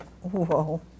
Whoa